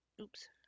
oops